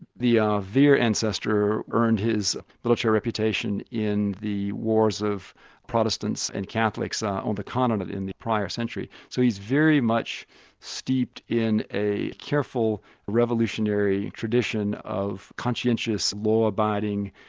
the um vere ancestor earned his military reputation in the wars of protestants and catholics on the continent in the prior century, so he's very much steeped in a careful revolutionary tradition of conscientious, law-abiding,